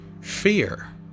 fear